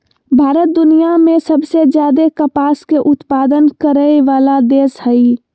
भारत दुनिया में सबसे ज्यादे कपास के उत्पादन करय वला देश हइ